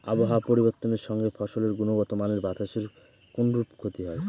আবহাওয়ার পরিবর্তনের সঙ্গে ফসলের গুণগতমানের বাতাসের কোনরূপ ক্ষতি হয়?